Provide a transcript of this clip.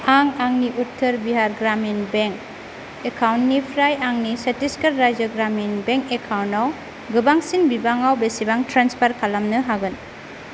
आं आंनि उत्तर बिहार ग्रामिन बेंक एकाउन्टनिफ्राय आंनि चत्तिसगर राज्य ग्रामिन बेंक एकाउन्टआव गोबांसिन बिबाङाव बेसेबां ट्रेन्सफार खालामनो हागोन